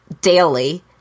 daily